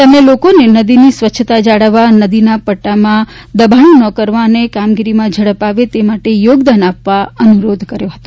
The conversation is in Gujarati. તેમણે લોકોને નદીની સ્વચ્છતા જાળવવા નદીના પટ્ટમાં દબાણો ન કરવા અને કામગીરીમાં ઝડપ આવે તે માટે યોગદાન આપવા અનુરોધ કર્યો હતો